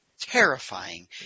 terrifying